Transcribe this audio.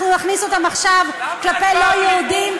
אנחנו נכניס אותם עכשיו, כלפי לא יהודים.